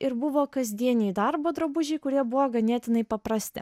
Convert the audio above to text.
ir buvo kasdieniai darbo drabužiai kurie buvo ganėtinai paprasti